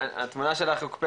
אליכם.